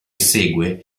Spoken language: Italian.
segue